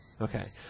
Okay